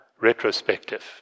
retrospective